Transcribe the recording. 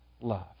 love